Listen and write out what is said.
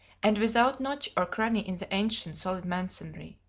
and without notch or cranny in the ancient, solid masonry.